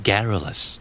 Garrulous